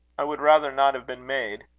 i would rather not have been made.